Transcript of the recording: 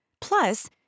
Plus